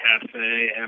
Cafe